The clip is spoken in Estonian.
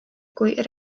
kui